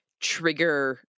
trigger